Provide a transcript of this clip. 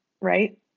right